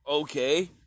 Okay